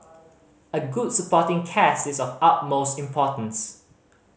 a good supporting cast is of utmost importance